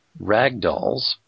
ragdolls